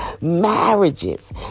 marriages